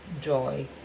joy